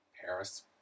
Paris